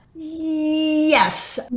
Yes